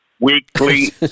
weekly